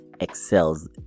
excels